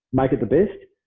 make it the best.